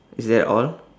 is that all